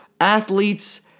athletes